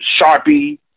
Sharpie